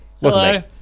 Hello